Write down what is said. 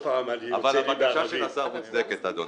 אני חושב שהבקשה של השר מוצדקת, אדוני.